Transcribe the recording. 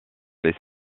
les